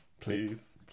please